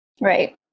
Right